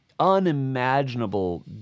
Unimaginable